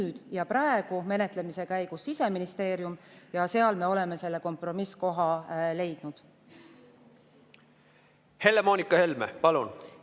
ja praegu menetlemise käigus Siseministeerium ja me oleme selle kompromissikoha leidnud. Helle-Moonika Helme, palun!